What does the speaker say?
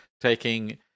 taking